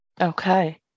okay